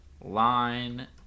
Line